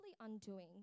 undoing